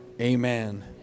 amen